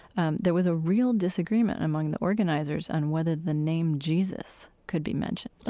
um there was a real disagreement among the organizers on whether the name jesus could be mentioned,